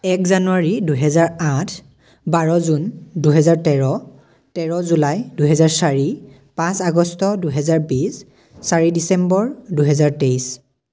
এক জানুৱাৰী দুহেজাৰ আঠ বাৰ জুন দুহেজাৰ তেৰ তেৰ জুলাই দুহেজাৰ চাৰি পাঁচ আগষ্ট দুহেজাৰ বিছ চাৰি ডিচেম্বৰ দুহেজাৰ তেইছ